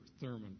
Thurman